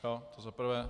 To za prvé.